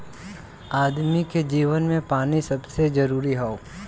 आदमी के जीवन मे पानी सबसे जरूरी हौ